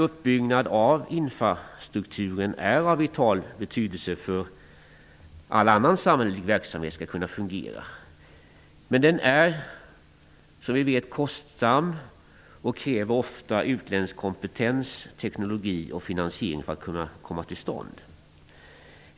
Uppbyggnad av infrastrukturen är av vital betydelse för att all annan samhällelig verksamhet skall kunna fungera. Det är dock, som vi vet, kostsamt. Det krävs ofta utländsk kompetens, teknologi och finansiering för att en sådan uppbyggnad skall kunna komma till stånd.